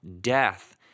death